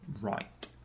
Right